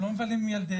הם לא מבלים עם ילדיהם,